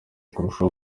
kurushaho